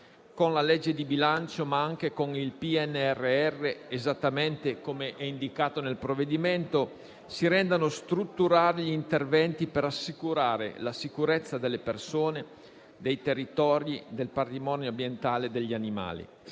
con la legge di bilancio, ma anche con il PNRR, esattamente come indicato nel provvedimento, si rendano strutturali gli interventi per assicurare la sicurezza delle persone, dei territori, del patrimonio ambientale e degli animali.